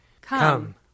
Come